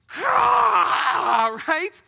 right